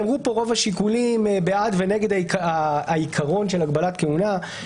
הראו פה את רוב השיקולים בעד ונגד העיקרון של הגבלת כהונה.